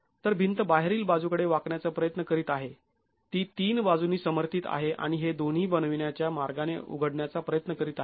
तर भिंत बाहेरील बाजूकडे वाकण्याचा प्रयत्न करीत आहे ती तीन बाजूंनी समर्थीत आहे आणि हे दोन्ही बनविण्याच्या मार्गाने उघडण्याचा प्रयत्न करीत आहे